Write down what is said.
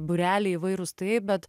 būreliai įvairūs taip bet